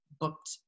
booked